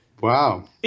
Wow